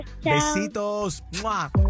Besitos